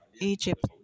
Egypt